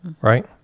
right